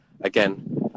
again